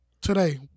today